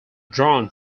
drawn